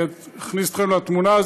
אכניס אתכם לתמונה,